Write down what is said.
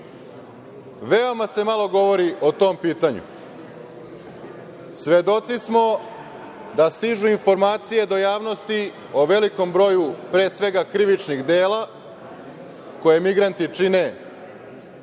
Veoma se malo govori o tom pitanju. Svedoci smo da stižu informacije do javnosti o velikom broju pre svega krivičnih dela koje migranti čine u mestima